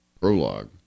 prologue